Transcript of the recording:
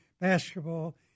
basketball